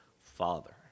Father